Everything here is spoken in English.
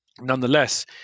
Nonetheless